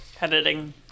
editing